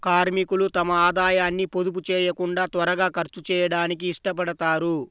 కార్మికులు తమ ఆదాయాన్ని పొదుపు చేయకుండా త్వరగా ఖర్చు చేయడానికి ఇష్టపడతారు